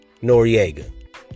Noriega